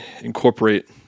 incorporate